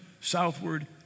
southward